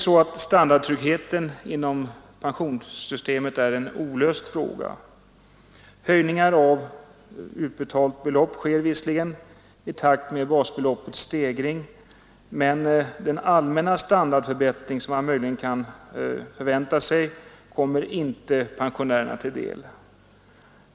Standardtryggheten inom pensioneringssystemet är en olöst fråga. Höjningar av utbetalt belopp sker visserligen i takt med basbeloppets stegring, men den allmänna standardförbättring som man möjligen kan förvänta sig, kommer inte pensionärerna till del.